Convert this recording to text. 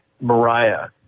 Mariah